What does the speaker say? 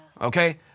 Okay